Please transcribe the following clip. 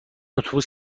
اتوبوس